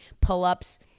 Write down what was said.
pull-ups